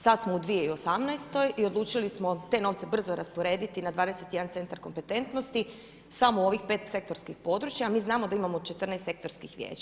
Sada smo u 2018. i odlučili smo te novce brzo rasporediti na 21 centar kompetentnosti, samo ovih 5 sektorskih područja a mi znamo da imamo 14 sektorskih vijeća.